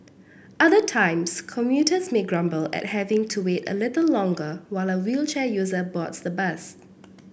other times commuters may grumble at having to wait a little longer while a wheelchair user boards the bus